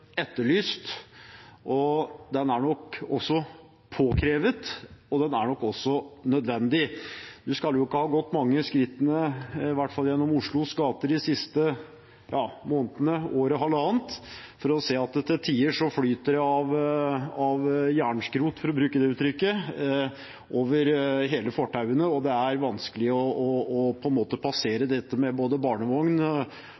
etterlyst og er nok også påkrevet og nødvendig. En skal jo ikke ha gått mange skrittene, i hvert fall ikke gjennom Oslos gater, de siste månedene eller det siste halvannet året for å se at det til tider flyter av jernskrot, for å bruke det uttrykket, over hele fortauet, det er vanskelig å passere med barnevogn og ikke minst for dem som kanskje har en synshemming, som gjør det vanskelig å